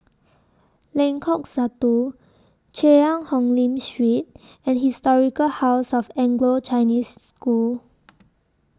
Lengkok Satu Cheang Hong Lim Street and Historic House of Anglo Chinese School